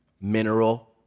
Mineral